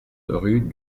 rue